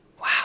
Wow